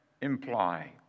imply